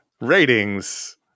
ratings